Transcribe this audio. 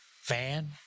fan